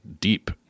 deep –